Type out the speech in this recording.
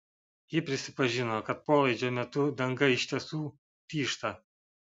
ji pripažino kad polaidžio metu danga iš tiesų tyžta